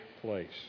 place